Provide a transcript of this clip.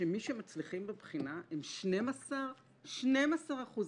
שמי שמצליחים בבחינה הם 12% מהנגשים?